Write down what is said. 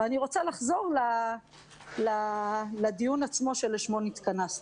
אבל אני רוצה לחזור לדיון עצמו שלשמו התכנסנו.